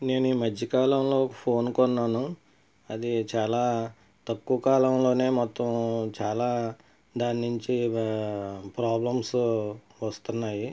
నేను ఈమధ్య కాలంలో ఒక ఫోన్ కొన్నాను అది చాలా తక్కువ కాలంలోనే మొత్తం చాలా దాని నుంచి ప్రాబ్లమ్స్ వస్తున్నాయి